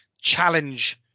challenge